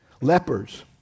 Lepers